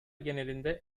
genelinde